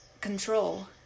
control